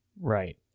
Right